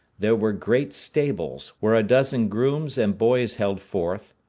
there were great stables, where a dozen grooms and boys held forth,